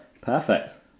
Perfect